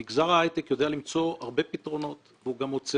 מגזר ההיי-טק יודע למצוא הרבה פתרונות והוא גם מוצא